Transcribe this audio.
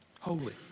Holy